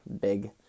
big